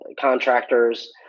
contractors